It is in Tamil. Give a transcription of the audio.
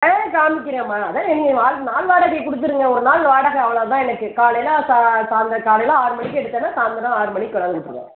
ஆ காமிக்கிறேம்மா அதான்ன நீங்கள் வாள் நாள் வாடகையைக் கொடுத்துருங்க ஒரு நாள் வாடகை அவ்வளோ தான் எனக்கு காலையில் சா சாய்ந்திரம் காலையில் ஆறு மணிக்கு எடுத்தேன்னா சாயந்தரம் ஆறு மணிக்கு கொண்டாந்து விட்டிருவேன்